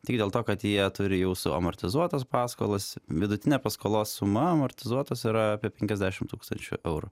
tik dėl to kad jie turi jau suamortizuotas paskolas vidutinė paskolos suma amortizuotos yra apie penkiasdešimt tūkstančių eurų